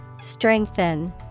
strengthen